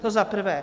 To za prvé.